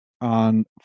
on